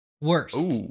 Worst